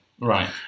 Right